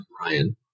Ryan